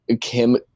Kim